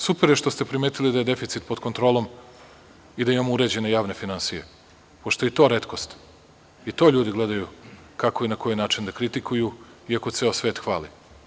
Super je što ste primetili da je deficit pod kontrolom i da imamo uređene javne finansije, pošto je i to retkost, i to ljudi gledaju kako i na koji način da kritikuju iako ceo svet hvali.